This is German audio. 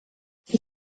die